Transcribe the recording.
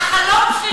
את יודעת שהחלום שלי,